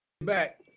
back